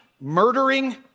murdering